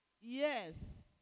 Yes